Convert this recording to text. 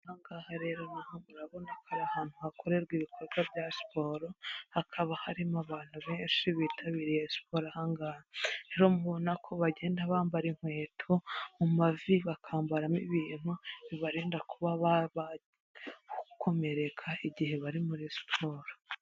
Aha ngaha rero murabona ko ari ahantu hakorerwa ibikorwa bya siporo, hakaba harimo abantu benshi bitabiriye siporo aha ngaha, rero mubona ko bagenda bambara inkweto, mu mavi bakambaramo ibintu bibarinda kuba bakomereka igihe bari muri siporo.